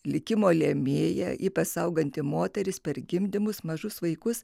likimo lėmėja ypač sauganti moteris per gimdymus mažus vaikus